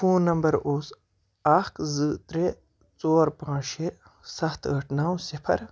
phone number اوس اکھ زٕ ترٛےٚ ژور پانٛژھ شےٚ سَتھ ٲٹھ نو صِفر